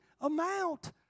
amount